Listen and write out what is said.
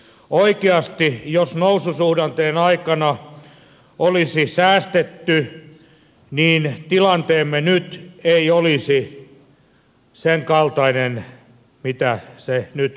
oikeasti jos noususuhdanteen aikana olisi säästetty tilanteemme nyt ei olisi senkaltainen kuin mitä se nyt valitettavasti on